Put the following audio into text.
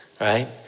right